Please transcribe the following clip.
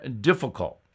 difficult